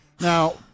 Now